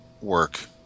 work